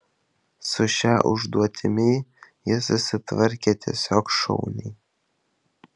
su šia užduotimi jis susitvarkė tiesiog šauniai